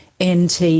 NT